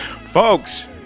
Folks